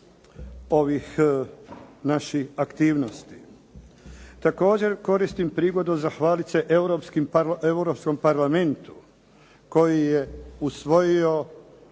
ovih naših aktivnosti. Također koristim prigodu zahvaliti se Europskom Parlamentu, koji je usvojio